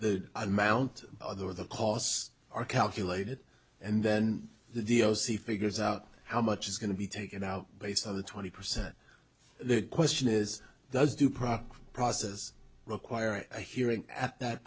the amount other the costs are calculated and then the d l c figures out how much is going to be taken out based on the twenty percent the question is does do proper process require a hearing at that